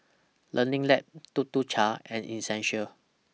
Learning Lab Tuk Tuk Cha and Essential